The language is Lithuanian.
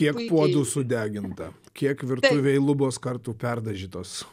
kiek puodų sudeginta kiek virtuvėj lubos kartų perdažytos